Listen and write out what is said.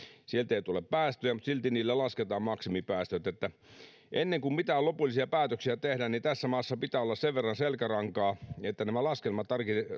sieltä ei tule päästöjä mutta silti niille lasketaan maksimipäästöt eli ennen kuin mitään lopullisia päätöksiä tehdään tässä maassa pitää olla sen verran selkärankaa että nämä laskelmat